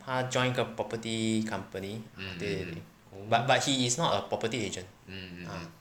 他 joined 一个 property company 对对对 but but he is not a property agent ah